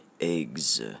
eggs